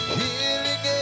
healing